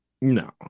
no